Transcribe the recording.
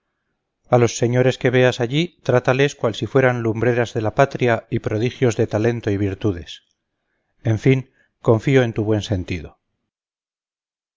a los señores que veas allí trátales cual si fueran lumbreras de la patria y prodigios de talento y virtudes en fin confío en tu buen sentido